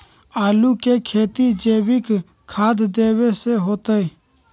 आलु के खेती जैविक खाध देवे से होतई?